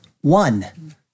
one